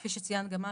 כפי שציינת גם את,